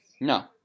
No